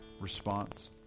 response